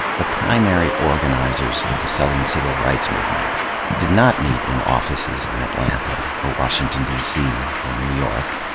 the primary organizers of the southern civil rights movement did not meet in offices in atlanta or washington, d c, or new york.